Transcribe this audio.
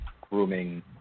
grooming